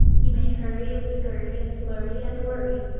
you may hurry and scurry, and flurry and worry,